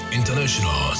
international